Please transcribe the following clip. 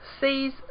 sees